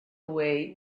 away